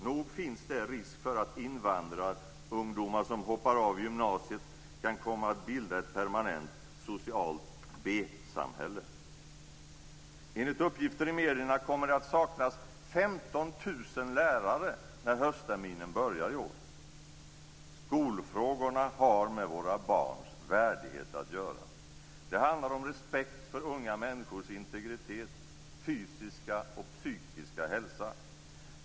Nog finns det risk för att invandrarungdomar som hoppar av gymnasiet kan komma att bilda ett permanent socialt B-samhälle. Enligt uppgifter i medierna kommer det att saknas Skolfrågorna har med våra barns värdighet att göra. Det handlar om respekt för unga människors integritet och fysiska och psykiska hälsa.